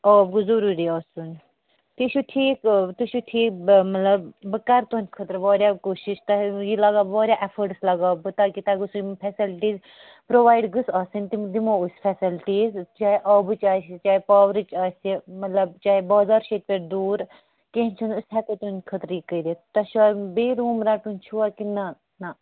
آب گوٚژھ ضٔروٗری آسُن تہِ چھُ ٹھیٖک تُہۍ چھُو ٹھیٖک مطلب بہٕ کَر تُہُنٛدِ خٲطرٕ واریاہ کوٗشِش تۄہہِ یہِ لَگاو بہٕ واریاہ اٮ۪فٲٹٕس لَگاو بہٕ تاکہِ تۄہہِ گوٚژھو یِم فٮ۪سَلٹیٖز پرٛووایِڈ گٔژھ آسٕنۍ تِم دِمو أسۍ فٮ۪سَلٹیٖز چاہے آبٕچ آسہِ چاہے پاورٕچ آسہِ مطلب چاہے بازار چھِ ییٚتہِ پٮ۪ٹھ دوٗر کیٚنٛہہ چھِنہٕ أسۍ ہٮ۪کو تٕہٕنٛدِ خٲطرٕ یہِ کٔرِتھ تۄہہِ چھُوا بیٚیہِ روٗم رَٹُن چھُوا کِنۍ نَہ نَہ